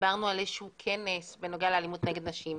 דיברנו על איזשהו כנס בנוגע לאלימות נגד נשים.